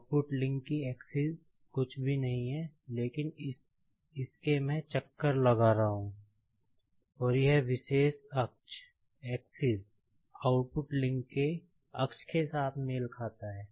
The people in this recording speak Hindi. आउटपुट लिंक की एक्सिस आउटपुट लिंक के अक्ष के साथ मेल खाता है